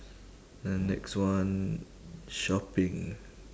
then next one shopping